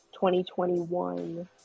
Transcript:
2021